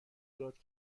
داد